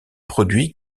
produit